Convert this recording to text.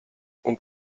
und